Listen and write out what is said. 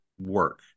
work